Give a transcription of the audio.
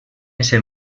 ese